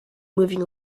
moving